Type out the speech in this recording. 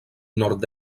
nord